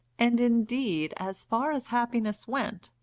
and indeed, as far as happiness went,